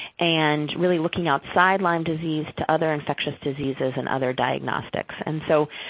and really looking outside lyme disease to other infectious diseases and other diagnostics. and so,